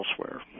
elsewhere